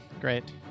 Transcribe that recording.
Great